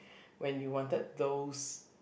when you wanted those